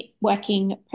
working